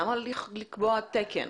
למה לקבוע תקן?